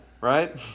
right